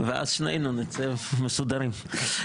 שנינו נצא מסודרים.